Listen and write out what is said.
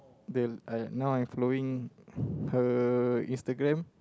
the uh now I following her Instagram